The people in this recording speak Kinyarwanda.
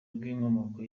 bw’inkomoko